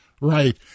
Right